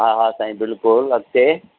हा हा साईं बिल्कुल अॻिते